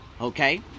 Okay